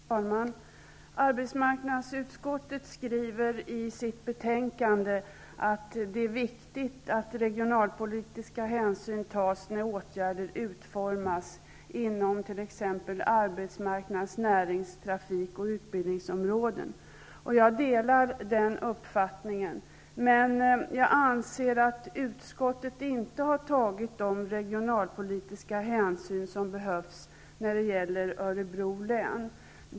Herr talman! Arbetsmarknadsutskottet skriver i sitt betänkande att det är viktigt att regionalpolitiska hänsyn tas när åtgärder utformas inom t.ex. arbetsmarknads-, närings-, trafik och utbildningsområdet. Jag delar den uppfattningen, men jag anser att utskottet inte har tagit de regionalpolitiska hänsyn som behövs när det gäller Örebro län.